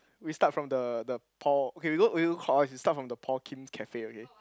we start from the the Paul okay we go we go clockwise we start from the Paul Kim's cafe okay